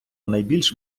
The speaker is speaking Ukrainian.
найбільш